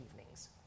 evenings